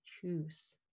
choose